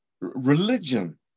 Religion